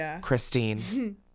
Christine